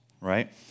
right